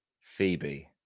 phoebe